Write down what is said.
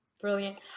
brilliant